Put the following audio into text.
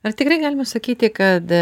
ar tikrai galima sakyti kad